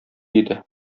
иде